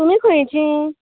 तुमी खंयची